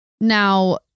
Now